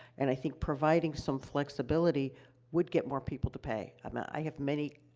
and i think providing some flexibility would get more people to pay. i mean, i have many,